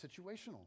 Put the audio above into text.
situational